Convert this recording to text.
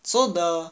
so the